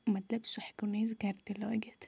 مطلب سُہ ہٮ۪کو نہٕ أسۍ گَرِ تہِ لٲگِتھ